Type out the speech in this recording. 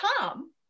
Tom